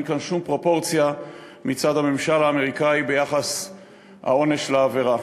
אין כאן שום פרופורציה מצד הממשל האמריקני ביחס העונש לעבירה.